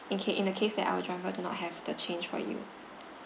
in ca~ in the case that our driver do not have the change for you